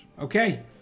okay